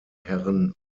herren